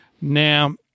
Now